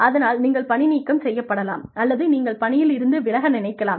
அதனால் நீங்கள் பணி நீக்கம் செய்யப்படலாம் அல்லது நீங்கள் பணியில் இருந்து விலக நினைக்கலாம்